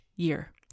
Year